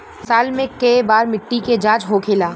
साल मे केए बार मिट्टी के जाँच होखेला?